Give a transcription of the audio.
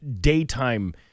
daytime